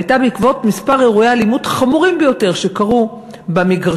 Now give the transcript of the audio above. הייתה בעקבות כמה אירועי אלימות חמורים ביותר שקרו במגרשים.